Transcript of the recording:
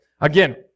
Again